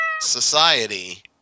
society